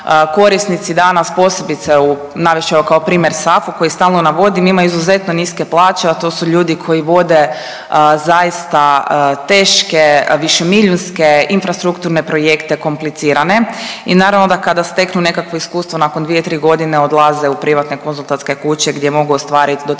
korisnici danas, posebice u, navest ću evo, kao primjer, SAFU koji stalno navodim, ima izuzetno niske plaće, a to su ljudi koji vode zaista teške višemilijunske infrastrukturne projekte, komplicirane i naravno da kada steknu nekakvo iskustvo nakon 2, 3 godine odlaze u privatne konzultantske kuće gdje mogu ostvariti do 3